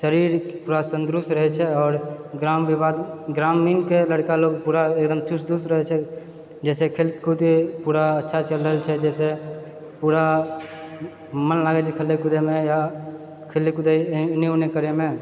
शरीर पूरा तन्दरुस्त रहैछेै आओर ग्राम विभाग ग्रामीणकेंँ लड़का लोग पूरा एकदम चुस्त दुरुस्त रहैछेै जाहिसँ खेलकूद पूरा अच्छा चलि रहल छै जहिसँ पूरा मन लागैछेै खेलए कूदएमे या खेलए कूदए एन्ने ओन्ने करएमे